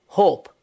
hope